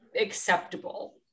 acceptable